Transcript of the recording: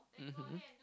mmhmm